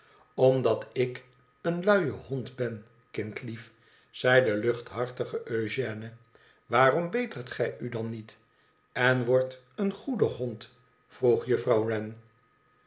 omdat ik een luie hond ben kindlief zei de luchthartige eugène waarom betert gij u dan niet en wordt een goede hond vroeg juffrouw